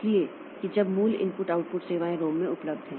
इसलिए कि जब मूल इनपुट आउटपुट सेवाएं रोम में उपलब्ध हैं